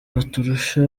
baturusha